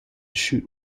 shoot